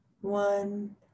one